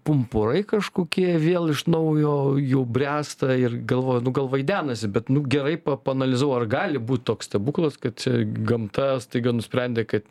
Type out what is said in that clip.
pumpurai kažkokie vėl iš naujo jau bręsta ir galvoju nu gal vaidenasi bet nu gerai pa paanalizavau ar gali būt toks stebuklas kad čia gamta staiga nusprendė kad